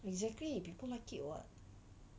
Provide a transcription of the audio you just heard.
exactly people like it [what]